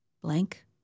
blank